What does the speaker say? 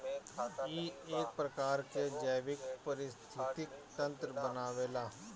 इ एक प्रकार के जैविक परिस्थितिक तंत्र बनावेला